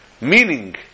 meaning